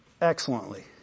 excellently